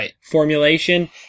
formulation